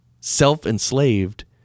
self-enslaved